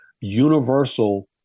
universal